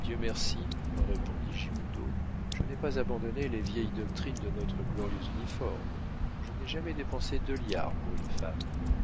dieu merci répondit giroudeau je n'ai pas abandonné les vieilles doctrines de notre glorieux uniforme je n'ai jamais dépensé deux liards pour une femme